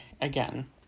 again